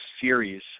series